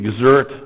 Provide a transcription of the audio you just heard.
exert